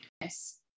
Yes